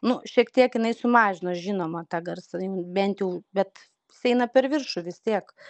nu šiek tiek jinai sumažino žinoma tą garsą bent jau bet jis eina per viršų vis tiek